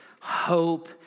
hope